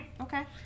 Okay